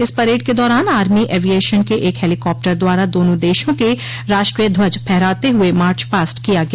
इस परेड के दौरान आर्मी ऐवियशन के एक हलीकाप्टर द्वारा दोनों देशों के राष्ट्रीय ध्वज फहराते हुए मार्च पास्ट किया गया